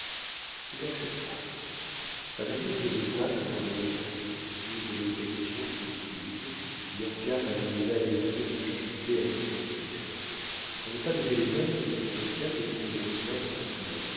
il accepta un navire faisait voile pour le levant toutes les précautions furent prises bianca favorisa les mesures que je dictais à mon complice pour ne pas donner l'éveil bianca devait nous rejoindre à